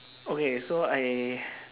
okay so I